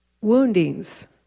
woundings